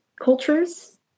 cultures